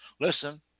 Listen